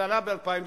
זה עלה ב-2007.